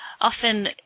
often